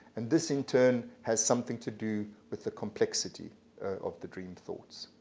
and this in turn has something to do with the complexity of the dream thoughts.